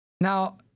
Now